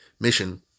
mission